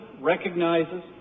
recognizes